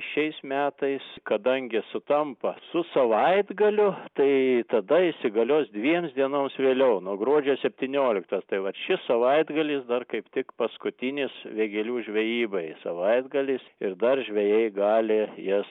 šiais metais kadangi sutampa su savaitgaliu tai tada įsigalios dviems dienoms vėliau nuo gruodžio septynioliktos tai vat šis savaitgalis dar kaip tik paskutinis vėgėlių žvejybai savaitgalis ir dar žvejai gali jas